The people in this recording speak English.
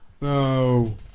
No